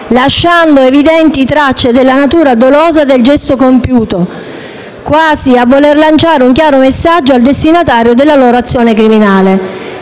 lasciando evidenti tracce della natura dolosa del gesto compiuto, quasi a voler lanciare un chiaro messaggio al destinatario della loro azione criminale.